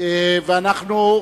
ואנחנו,